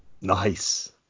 nice